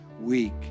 week